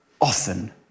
often